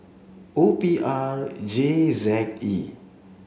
O P R J Z E